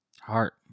Heart